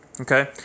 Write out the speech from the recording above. Okay